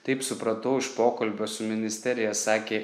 taip supratau iš pokalbio su ministerija sakė